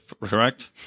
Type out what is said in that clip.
correct